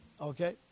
okay